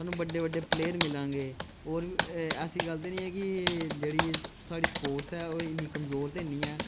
साह्नू बड्डे बड्डे प्लेर मिलां गे ऐसी गल्ल ते नेई ऐ कि जेह्ड़ी साढ़ी स्पोर्टस ऐ ओह् इ'न्नी कमजोर ते अ'न्नी ऐ